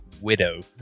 Widow